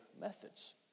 methods